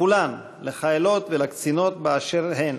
לכולן, לחיילות ולקצינות, באשר הן,